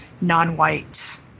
non-white